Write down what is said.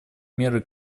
меры